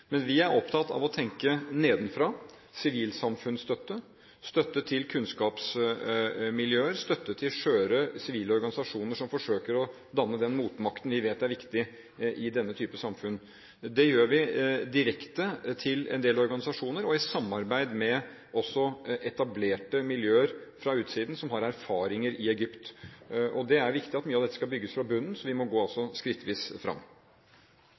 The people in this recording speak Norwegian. Vi er opptatt av å tenke nedenfra: Sivilsamfunnsstøtte, støtte til kunnskapsmiljøer og støtte til skjøre sivile organisasjoner, som forsøker å danne den motmakten vi vet er viktig i denne type samfunn. Det gjør vi direkte til en del organisasjoner og også i samarbeid med etablerte miljøer fra utsiden som har erfaringer i Egypt. Det er viktig at mye av dette bygges fra bunnen, så vi må gå skrittvis fram.